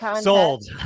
sold